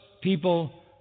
people